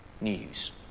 news